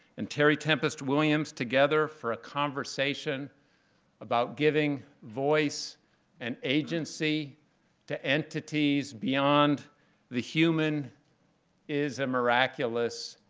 and terry tempest williams together for a conversation about giving voice and agency to entities beyond the human is a miraculous,